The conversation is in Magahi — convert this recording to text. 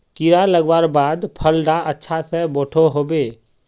कीड़ा लगवार बाद फल डा अच्छा से बोठो होबे?